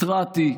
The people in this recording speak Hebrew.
התרעתי,